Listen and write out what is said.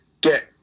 get